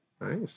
Nice